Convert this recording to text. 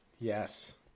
yes